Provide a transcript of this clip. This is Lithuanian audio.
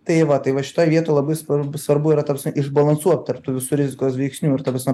tai va tai va šitoj vietoj labai svarbu svarbu yra ta prasme išbalansuot tarp tų visų rizikos veiksnių ir ta prasme